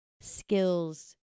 skills